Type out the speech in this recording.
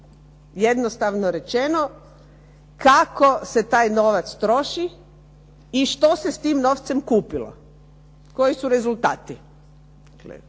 jednostavno rečeno, kako se taj novac troši i što se tim novcem kupilo. Koji su rezultati? Dakle,